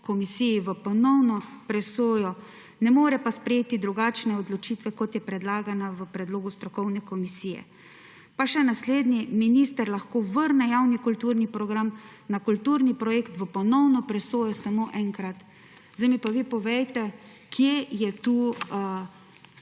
komisiji v ponovno presojo, ne more pa sprejeti drugačne odločitve, kot je predlagana v predlogu strokovne komisije. Minister lahko vrne javni kulturni program ali kulturni projekt v ponovno presojo samo enkrat«. Zdaj mi pa vi povejte, kje je ta